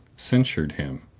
censured him,